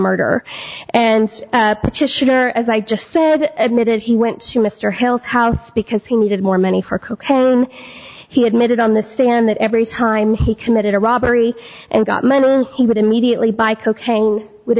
petitioner as i just said admitted he went to mr hill's house because he needed more money for cocaine he admitted on the stand that every time he committed a robbery and got money he would immediately buy cocaine would